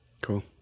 Cool